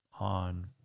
on